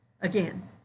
again